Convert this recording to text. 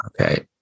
Okay